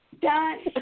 done